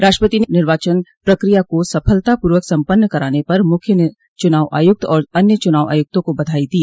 राष्ट्रपति ने निर्वाचन प्रक्रिया को सफलतापूर्वक सम्पन्न कराने पर मुख्य चुनाव आयुक्त और अन्य चुनाव आयुक्तों को बधाई दी